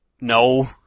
No